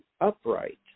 upright